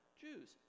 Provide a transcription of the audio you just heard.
Jews